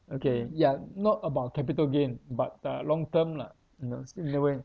okay yeah not about capital gain but the long term lah you know still in the way